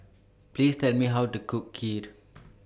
Please Tell Me How to Cook Kheer